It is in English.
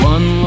One